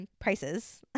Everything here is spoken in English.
prices